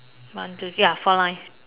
one two ya four lines